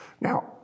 Now